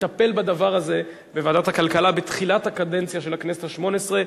לטפל בדבר הזה בוועדת הכלכלה בתחילת הקדנציה של הכנסת השמונה-עשרה,